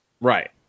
Right